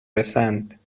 رسند